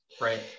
Right